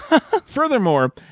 Furthermore